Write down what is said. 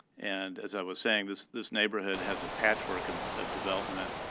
and as i was saying, this this neighborhood has a patchwork of of development